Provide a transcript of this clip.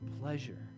pleasure